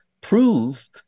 prove